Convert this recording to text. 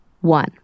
One